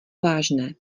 vážné